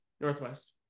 Northwest